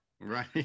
Right